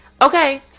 Okay